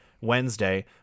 Wednesday